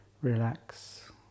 relax